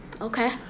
Okay